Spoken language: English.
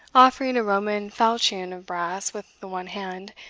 offering a roman falchion of brass with the one hand,